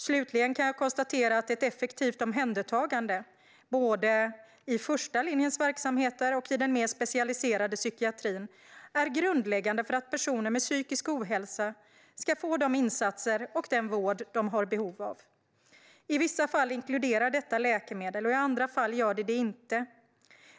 Slutligen kan jag konstatera att ett effektivt omhändertagande, både i första linjens verksamheter och i den mer specialiserade psykiatrin, är grundläggande för att personer med psykisk ohälsa ska få de insatser och den vård de har behov av. I vissa fall inkluderar detta läkemedel, och i andra fall gör det inte det.